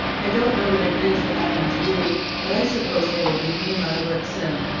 i don't know what it is that i am to do, but i suppose they will give me my work soon.